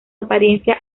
apariencia